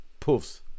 poofs